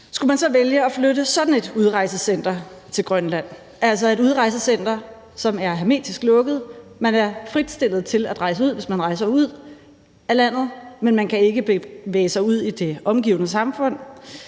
Skulle man så vælge at flytte sådan et udrejsecenter til Grønland, altså et udrejsecenter, som er hermetisk lukket – man er fritstillet til at rejse ud, hvis man rejser ud af landet, men man kan ikke bevæge sig ud i det omgivende samfund